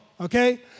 okay